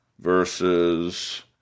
versus